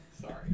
Sorry